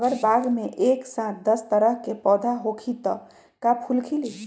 अगर बाग मे एक साथ दस तरह के पौधा होखि त का फुल खिली?